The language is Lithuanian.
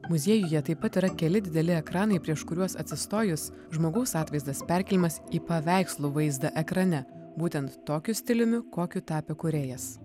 muziejuje taip pat yra keli dideli ekranai prieš kuriuos atsistojus žmogaus atvaizdas perkeliamas į paveikslų vaizdą ekrane būtent tokiu stiliumi kokiu tapė kūrėjas